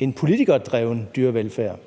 en politikerdreven dyrevelfærd?